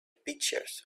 pictures